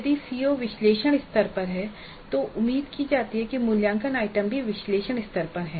यदि सीओ विश्लेषण स्तर पर है तो यह उम्मीद की जाती है कि मूल्यांकन आइटम भी विश्लेषण स्तर पर है